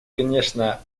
конечно